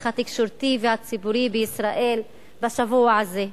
התקשורתי והציבורי בישראל בשבוע הזה,